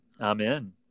Amen